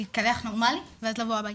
להתקלח נורמאלי ואז לבוא הבייתה,